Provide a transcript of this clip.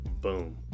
Boom